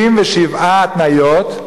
37 התניות.